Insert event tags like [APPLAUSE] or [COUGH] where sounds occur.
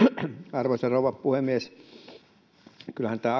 arvoisa rouva puhemies kyllähän tämä [UNINTELLIGIBLE]